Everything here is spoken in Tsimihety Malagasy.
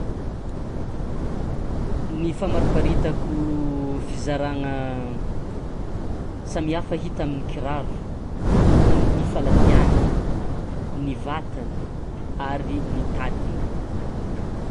Ny famariparitako fizaragna samihafa hita amin'ny kiraro: vôlohany ny faladiany, ny vatany ary ny tadiny koa.